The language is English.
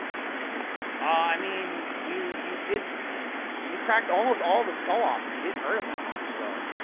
ah, i mean you you did and you cracked almost all of the skull off and you didnt hurt him that much, so.